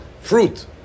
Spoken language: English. fruit